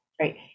right